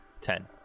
Ten